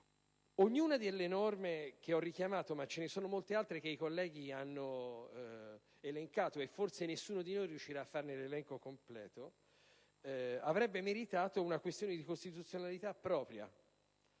Ognuna delle norme che ho richiamato - ce ne sono però molte altre che i colleghi hanno elencato e, forse, nessuno di noi riuscirà a farne l'elenco completo - avrebbe meritato una questione di costituzionalità propria